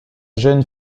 jeune